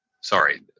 Sorry